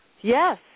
Yes